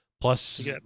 plus